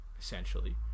essentially